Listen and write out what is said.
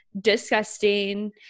disgusting